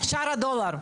שער הדולר.